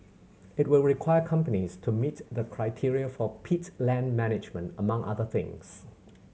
it will require companies to meet the criteria for peat land management among other things